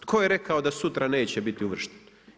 Tko je rekao da sutra neće biti uvršten?